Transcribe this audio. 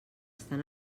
estan